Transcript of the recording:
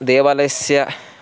देवालयस्य